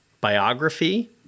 biography